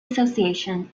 association